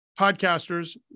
podcasters